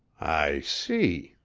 i see.